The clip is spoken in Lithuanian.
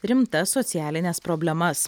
rimtas socialines problemas